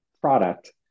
product